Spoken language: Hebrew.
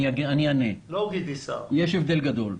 יש הבדל גדול.